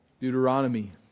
Deuteronomy